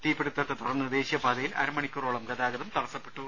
തീപിടുത്തത്തെ തുടർന്ന് ദേശീയ പാതയിൽ അരമണിക്കൂറോളം ഗതാഗതം തടസ്സപ്പെട്ടു